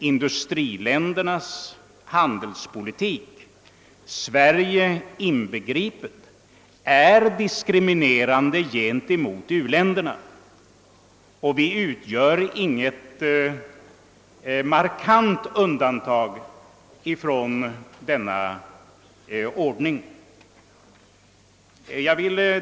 Industriländernas handelspolitik, Sveriges inbegripen, är diskriminerande gentemot u-länderna, och Sverige utgör alltså inget markant undantag från denna regel.